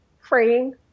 freeing